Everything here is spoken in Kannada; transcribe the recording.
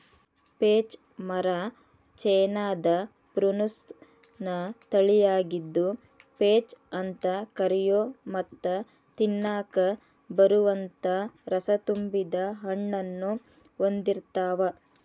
ಪೇಚ್ ಮರ ಚೇನಾದ ಪ್ರುನುಸ್ ನ ತಳಿಯಾಗಿದ್ದು, ಪೇಚ್ ಅಂತ ಕರಿಯೋ ಮತ್ತ ತಿನ್ನಾಕ ಬರುವಂತ ರಸತುಂಬಿದ ಹಣ್ಣನ್ನು ಹೊಂದಿರ್ತಾವ